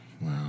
wow